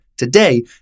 Today